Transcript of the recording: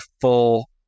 full